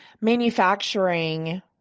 manufacturing